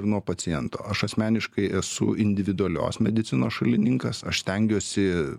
ir nuo paciento aš asmeniškai esu individualios medicinos šalininkas aš stengiuosi